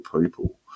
people